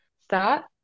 start